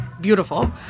beautiful